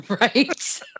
Right